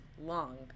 long